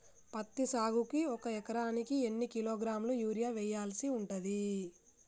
పత్తి సాగుకు ఒక ఎకరానికి ఎన్ని కిలోగ్రాముల యూరియా వెయ్యాల్సి ఉంటది?